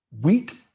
weak